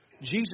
Jesus